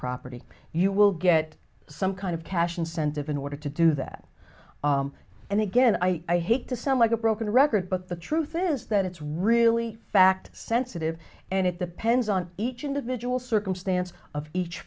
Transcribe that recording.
property you will get some kind of cash incentive in order to do that and again i hate to sound like a broken record but the truth is that it's really fact sensitive and it depends on each individual circumstance of each